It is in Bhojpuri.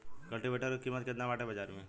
कल्टी वेटर क कीमत केतना बाटे बाजार में?